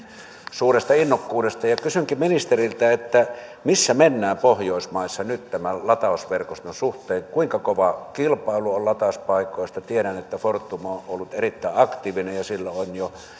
suuresta innokkuudesta kysynkin ministeriltä missä mennään pohjoismaissa nyt tämän latausverkoston suhteen kuinka kova kilpailu on latauspaikoista tiedän että fortum on ollut erittäin aktiivinen ja sillä on jo